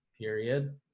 period